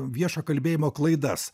viešo kalbėjimo klaidas